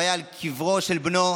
הוא היה על קברו של בנו,